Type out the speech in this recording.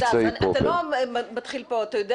ישי הדס, אתה לא מתחיל פה, אתה יודע